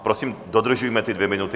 Prosím, dodržujme ty dvě minuty.